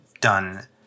done